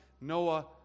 Noah